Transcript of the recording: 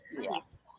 Yes